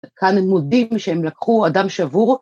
‫וכאן הם מודים שהם לקחו אדם שבור.